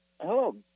Hello